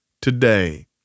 today